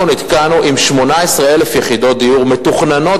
אנחנו נתקענו עם 18,000 יחידות דיור מתוכננות,